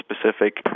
specific